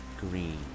green